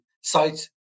sites